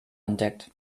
entdeckt